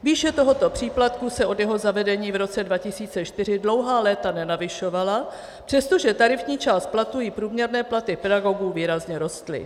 Výše tohoto příplatku se od jeho zavedení v roce 2004 dlouhá léta nenavyšovala, přestože tarifní část platů i průměrné platy pedagogů výrazně rostly.